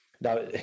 now